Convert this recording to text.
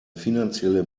finanzielle